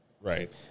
right